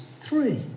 three